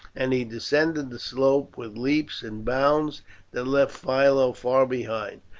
and he descended the slope with leaps and bounds that left philo far behind.